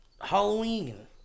Halloween